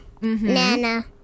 Nana